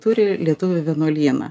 turi lietuvių vienuolyną